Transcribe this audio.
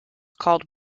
called